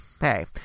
hey